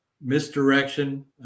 misdirection